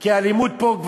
כי האלימות פה,